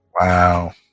Wow